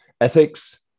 Ethics